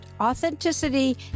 authenticity